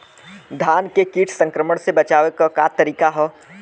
धान के कीट संक्रमण से बचावे क का तरीका ह?